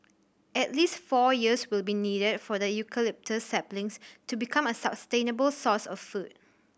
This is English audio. at least four years will be needed for the eucalyptus saplings to become a sustainable source of food